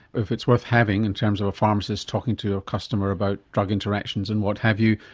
if it's worth having in terms of a pharmacist talking to a customer about drug interactions and what have you,